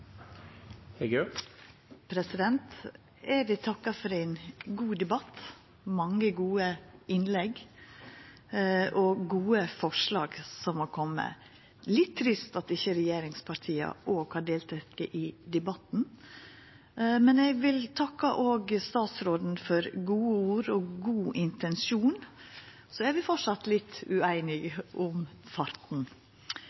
Eg vil takka for ein god debatt, mange gode innlegg og gode forslag som har kome. Det er litt trist at ikkje regjeringspartia har delteke i debatten. Eg vil òg takka statsråden for gode ord og god intensjon – og så er vi framleis litt ueinige